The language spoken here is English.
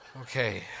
Okay